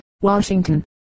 Washington